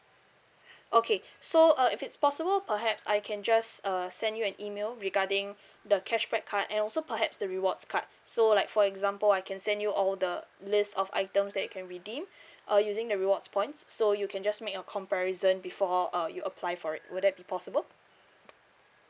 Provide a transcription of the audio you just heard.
okay so uh if it's possible perhaps I can just uh send you an email regarding the cashback card and also perhaps the rewards card so like for example I can send you all the list of items that you can redeem uh using the rewards points so you can just make your comparison before uh you apply for it would that be possible